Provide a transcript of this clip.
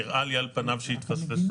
נראה לי על פניו שהיא התפספסה,